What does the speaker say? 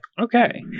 Okay